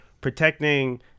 protecting